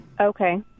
Okay